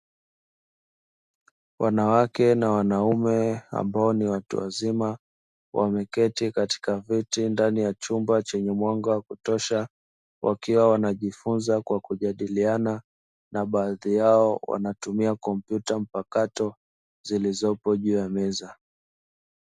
Wanawake na wanaume ambao ni watu wazima wameketi katika viti ndani ya chumba chenye mwanga wa kutosha wakiwa wanajifunza kwa kujadiliana na baadhi yao wanatumia kompyuta mpakato zilizopo juu ya meza.